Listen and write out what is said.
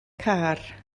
car